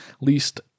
least